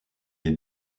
est